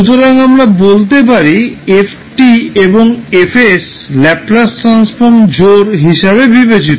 সুতরাং আমরা বলতে পারি fএবং F ল্যাপলাস ট্রান্সফর্ম জোড় হিসাবে বিবেচিত